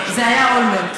זה היה אולמרט.